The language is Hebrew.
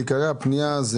בעיקרי הפנייה,